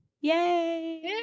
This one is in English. Yay